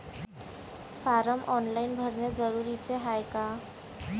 Form online भरने जरुरीचे हाय का?